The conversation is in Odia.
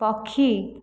ପକ୍ଷୀ